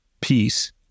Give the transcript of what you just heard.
peace